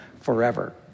forever